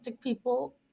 people